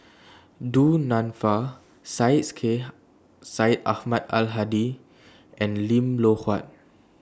Du Nanfa Syed Sheikh Syed Ahmad Al Hadi and Lim Loh Huat